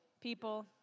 People